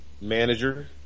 manager